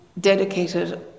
dedicated